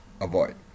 avoid